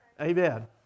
Amen